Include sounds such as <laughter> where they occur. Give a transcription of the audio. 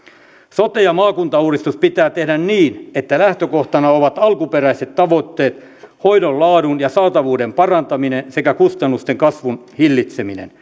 sote ja maakuntauudistus pitää tehdä niin että lähtökohtana ovat alkuperäiset tavoitteet hoidon laadun ja saatavuuden parantaminen sekä kustannusten kasvun hillitseminen <unintelligible>